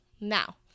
Now